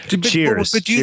cheers